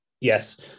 Yes